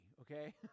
okay